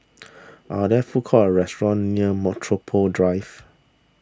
are there food courts or restaurants near Metropole Drive